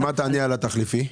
מה תעני על התחליפי?